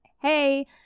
hey